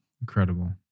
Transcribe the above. Incredible